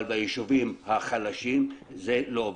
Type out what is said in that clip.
אבל ביישובים החלשים זה לא עובד.